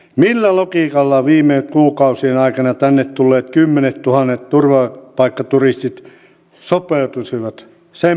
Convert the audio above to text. millä logiikalla viime kuukausien aikana tänne tulleet kymmenettuhannet turvapaikkaturistit sopeutuisivat sen paremmin